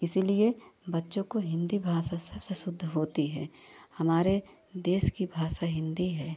इसीलिए बच्चों को हिन्दी भाषा सबसे शुद्ध होती है हमारे देश की भाषा हिन्दी है